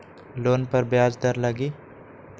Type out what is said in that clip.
Loan पर ब्याज दर लगी?